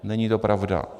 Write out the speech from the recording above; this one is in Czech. Není to pravda.